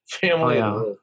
family